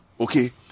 Okay